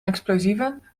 explosieven